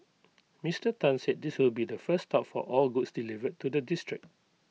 Mister Tan said this will be the first stop for all goods delivered to the district